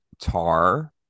Tar